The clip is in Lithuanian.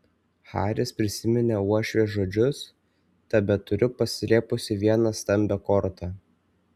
haris prisiminė uošvės žodžius tebeturiu paslėpusi vieną stambią kortą